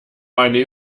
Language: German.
eine